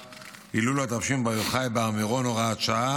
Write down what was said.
הילולת רבי שמעון בר יוחאי בהר מירון (הוראת שעה),